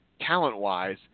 talent-wise